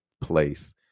place